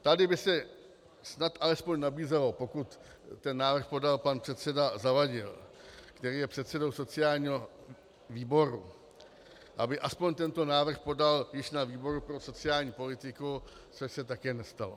Tady by se snad alespoň nabízelo ten návrh podal pan předseda Zavadil, který je předsedou sociálního výboru , aby aspoň tento návrh podal již na výboru pro sociální politiku, což se také nestalo.